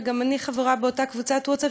וגם אני חברה באותה קבוצת ווטסאפ,